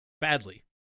Badly